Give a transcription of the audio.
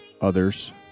others